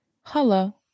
Hello